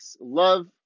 love